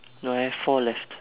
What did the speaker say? no I have four left